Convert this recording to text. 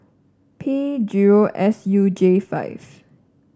P zero S U J five